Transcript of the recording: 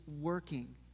working